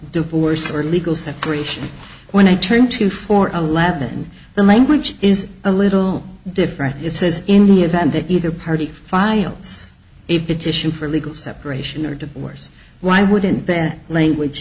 divorce or legal separation when i turn to for a lap and the language is a little different it says in the event that either party files a petition for legal separation or divorce why wouldn't their language